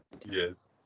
yes